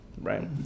right